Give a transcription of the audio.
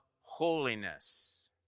holiness